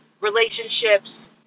relationships